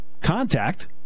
contact